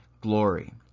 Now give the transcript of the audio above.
glory